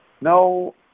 No